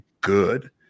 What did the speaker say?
good